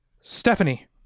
Stephanie